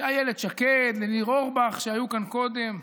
לאילת שקד, לניר אורבך, שהיו כאן קודם,